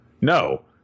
No